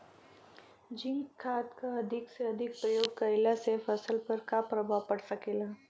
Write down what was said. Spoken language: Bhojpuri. जिंक खाद क अधिक से अधिक प्रयोग कइला से फसल पर का प्रभाव पड़ सकेला?